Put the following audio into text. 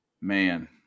man